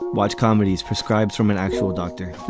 watch comedies proscribes from an actual doctor